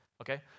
Okay